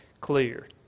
clear